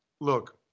look